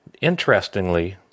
Interestingly